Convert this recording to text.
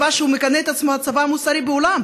שמכנה את עצמו את "הצבא המוסרי בעולם",